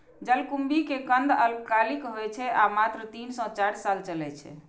जलकुंभी के कंद अल्पकालिक होइ छै आ मात्र तीन सं चारि साल चलै छै